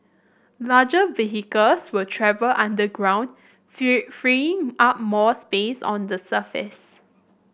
larger vehicles will travel underground free freeing up more space on the surface